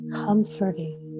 comforting